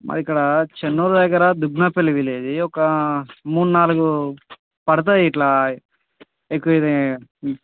మాది ఇక్కడ చెన్నూరు దగ్గర దుగ్నపల్లి విలేజి ఒక మూడు నాలుగు పడుతుంది ఇట్లా ఇక్కడ ఇది